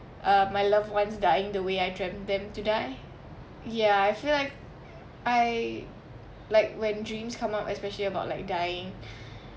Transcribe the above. uh my loved ones dying the way I dreamt them to die ya I feel like I like when dreams come up especially about like dying